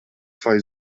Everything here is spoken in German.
zwei